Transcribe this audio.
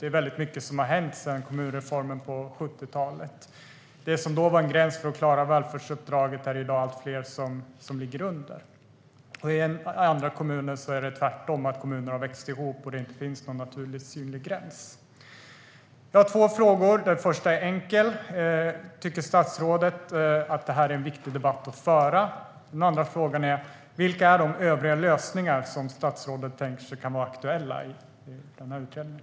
Det är väldigt mycket som har hänt sedan kommunreformen på 70-talet. Det är i dag allt fler som ligger under den dåvarande gränsen för att klara välfärdsuppdraget. I andra kommuner är det tvärtom - kommuner har vuxit ihop, och det finns ingen naturligt synlig gräns. Jag har två frågor. Den första är enkel: Tycker statsrådet att detta är en viktig debatt att föra? Den andra frågan är: Vilka är de övriga lösningar som statsrådet tänker sig kan vara aktuella i den här utredningen?